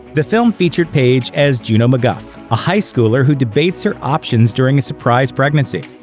the film featured page as juno macguff, a high schooler who debates her options during a surprise pregnancy.